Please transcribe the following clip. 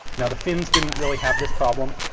now the finns didn't really have this problem,